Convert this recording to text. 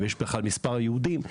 אם יש בכלל מספר יהודים,